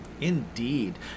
Indeed